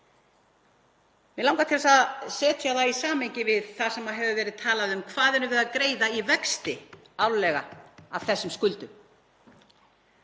Mig langar að setja það í samhengi við það sem hefur verið talað um, hvað erum við að greiða í vexti árlega af þessum skuldum?